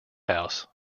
house